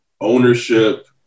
ownership